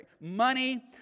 Money